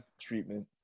treatment